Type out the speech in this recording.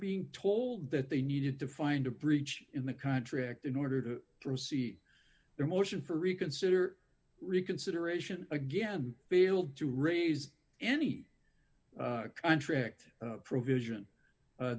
being told that they needed to find a breach in the contract in order to receive their motion for reconsider reconsideration again failed to raise any contract provision